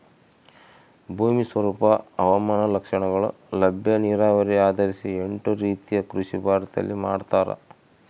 ಭೂಮಿ ಸ್ವರೂಪ ಹವಾಮಾನ ಲಕ್ಷಣಗಳು ಲಭ್ಯ ನೀರಾವರಿ ಆಧರಿಸಿ ಎಂಟು ರೀತಿಯ ಕೃಷಿ ಭಾರತದಲ್ಲಿ ಮಾಡ್ತಾರ